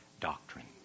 doctrine